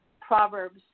Proverbs